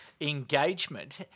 engagement